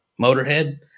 motorhead